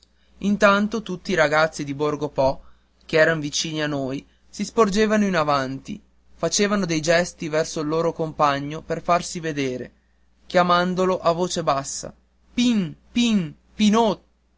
intanto tutti i ragazzi di borgo po che eran vicini a noi si sporgevano avanti facevano dei gesti verso il loro compagno per farsi vedere chiamandolo a voce bassa pin pin pinot